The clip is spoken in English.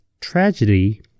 tragedy